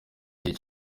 igihe